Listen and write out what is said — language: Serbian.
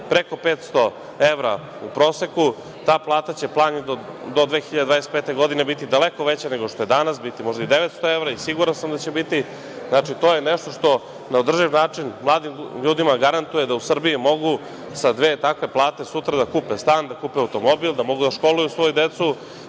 platu 500 evra u proseku. Ta plata će, plan je do 2025. godine biti daleko veća nego što je danas, biti možda i 900 evra i siguran sam da će biti. Znači, to je nešto što na održiv način mladim ljudima garantuje da u Srbiji mogu sa dve takve plate sutra da kupe stan, da kupe automobil, da mogu da školuju svoju decu,